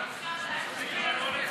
לא.